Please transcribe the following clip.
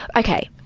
ok,